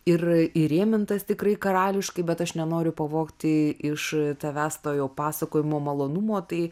ir įrėmintas tikrai karališkai bet aš nenoriu pavogti iš tavęs to jo pasakojimo malonumo tai